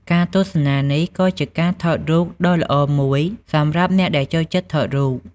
ការទស្សនានេះក៏ជាការថតរូបដ៏ល្អមួយសម្រាប់អ្នកដែលចូលចិត្តថតរូប។